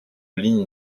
ligne